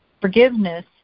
Forgiveness